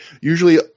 usually